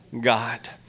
God